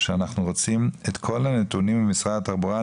שאנחנו רוצים את כל נתוני משרד התחבורה,